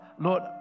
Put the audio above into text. Lord